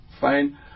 fine